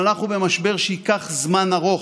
אבל אנחנו במשבר שייקח זמן ארוך,